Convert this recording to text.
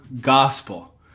gospel